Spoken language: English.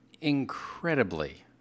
incredibly